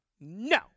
no